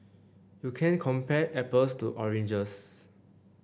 you can't compare apples to oranges